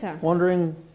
Wondering